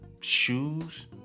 shoes